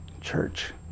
church